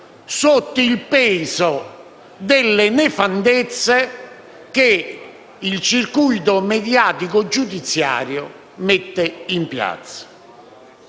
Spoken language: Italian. sotto il peso delle nefandezze che il circuito mediatico giudiziario mette in piazza.